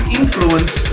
influence